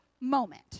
moment